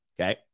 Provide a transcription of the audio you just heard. Okay